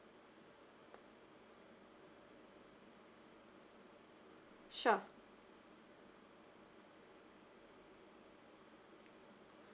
sure